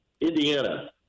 Indiana